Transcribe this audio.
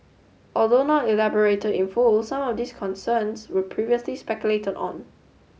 although not elaborated in full some of these concerns were previously speculated on